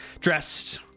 Dressed